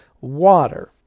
water